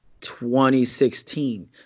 2016